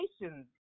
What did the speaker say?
nations